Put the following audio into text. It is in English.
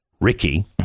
Ricky